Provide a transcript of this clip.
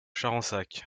charensac